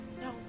No